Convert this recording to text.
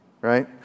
right